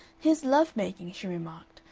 his love-making, she remarked,